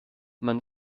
man